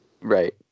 Right